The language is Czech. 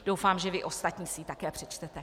Doufám, že vy ostatní si ji také přečtete.